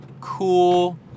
cool